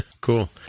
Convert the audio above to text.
Cool